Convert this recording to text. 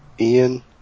Ian